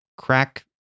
crack